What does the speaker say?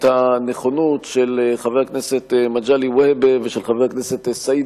את הנכונות של חבר מגלי והבה ושל חבר הכנסת סעיד